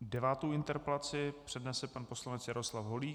Devátou interpelaci přednese pan poslanec Jaroslav Holík.